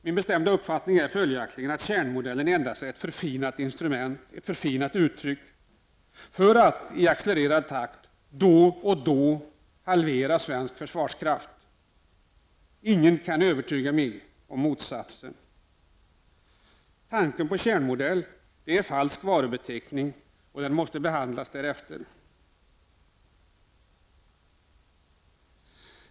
Min bestämda uppfattning är följaktligen att kärnmodellen endast är ett förfinat instrument för att i accelererande takt då och då halvera svensk försvarskraft. Ingen kan övertyga mig om motsatsen. Tanken på kärnmodellen är falsk varubeteckning och måste behandlas därefter.